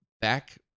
back